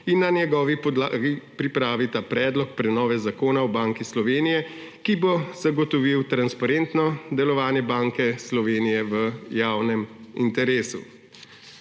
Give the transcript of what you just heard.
in na njegovi podlagi pripravita predlog prenove Zakona o Banki Slovenije, ki bo zagotovil transparentno delovanje Banke Slovenije v javnem interesu.